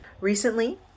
Recently